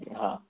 हां